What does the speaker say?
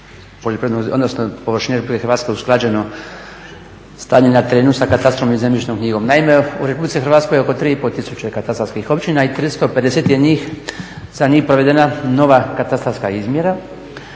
od 3% površine Republike Hrvatske usklađeno stanje na terenu s katastrom i zemljišnom knjigom. Naime, u Republici Hrvatskoj oko 3500 katastarskih općina i 350 je njih za njih provedena nova katastarska izmjera,